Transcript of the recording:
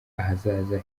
ahazaza